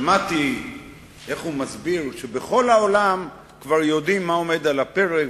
שמעתי איך הוא מסביר שבכל העולם כבר יודעים מה עומד על הפרק,